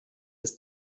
des